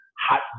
hot